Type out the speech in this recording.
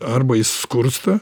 arba jis skursta